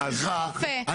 סליחה,